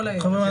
כל היתר.